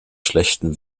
schlechten